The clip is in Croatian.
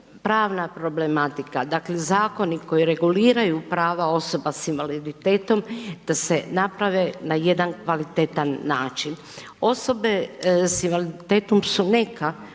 problematika, dakle zakoni koji reguliraju prava osoba sa invaliditetom, da se naprave na jedan kvalitetan način. Osobe sa invaliditetom su neka